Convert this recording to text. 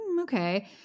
okay